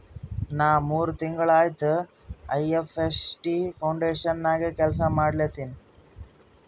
ನಾ ಮೂರ್ ತಿಂಗುಳ ಆಯ್ತ ಎ.ಐ.ಎಫ್.ಟಿ ಫೌಂಡೇಶನ್ ನಾಗೆ ಕೆಲ್ಸಾ ಮಾಡ್ಲತಿನಿ